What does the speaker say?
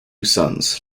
sons